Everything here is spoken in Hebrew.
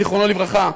זיכרונו לברכה,